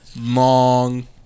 long